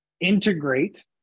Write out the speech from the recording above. integrate